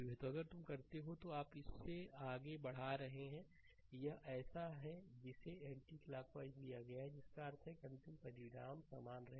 तो अगर तुम करते हो तो आप इसे आगे बढ़ा रहे हैं यह ऐसा है जिसे एंटिक्लॉकवाइज लिया गया है जिसका अर्थ है कि अंतिम परिणाम समान रहेगा